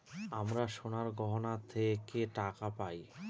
আমরা সোনার গহনা থেকে টাকা পায়